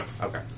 Okay